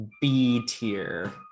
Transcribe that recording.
B-tier